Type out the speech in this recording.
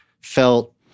felt